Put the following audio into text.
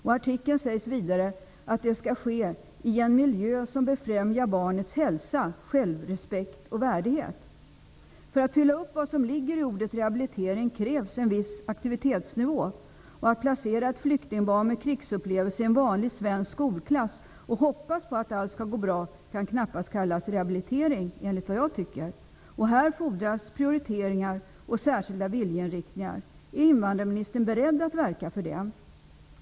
I artikeln sägs vidare att det skall ske i en miljö som befrämjar barnets hälsa, självsrespekt och värdighet. För att uppfylla vad som ligger i ordet rehabilitering krävs en viss aktivitetsnivå. Att placera ett flyktingbarn med krigsupplevelser i en vanlig svensk skolklass och hoppas på att allt skall gå bra kan knappast kallas rehabilitering. Här fordras prioriteringar och särskilda viljeinriktningar. Är invandrarministern beredd att verka för det?